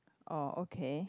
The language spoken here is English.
oh okay